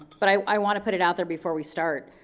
but i want to put it out there before we start